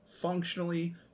Functionally